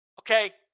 Okay